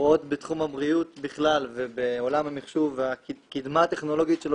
רואות בתחום הבריאות בכלל ובעולם המחשוב והקדמה הטכנולוגית שלו